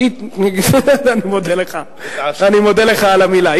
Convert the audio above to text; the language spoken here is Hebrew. התעשתה, אני מודה לך על המלה.